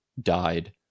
died